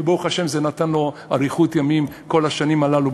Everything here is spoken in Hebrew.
וברוך השם, זה נתן לו אריכות ימים כל השנים הללו.